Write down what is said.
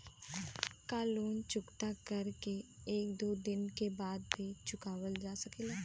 का लोन चुकता कर के एक दो दिन बाद भी चुकावल जा सकेला?